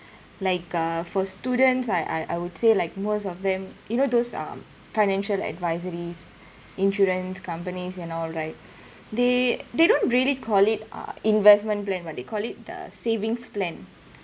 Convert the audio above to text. like uh for students I I I would say like most of them you know those um financial advisories insurance companies and all right they they don't really call it uh investment plan what they call it the savings plan